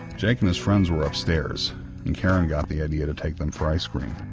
jake and his friends were upstairs and karen got the idea to take them for ice-cream.